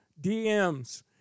dms